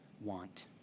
want